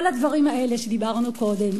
כל הדברים האלה שדיברנו קודם.